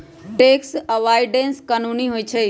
tax avoidance कानूनी होइ छइ